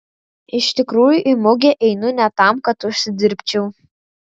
iš tikrųjų į mugę einu ne tam kad užsidirbčiau